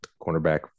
cornerback